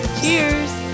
cheers